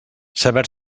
saber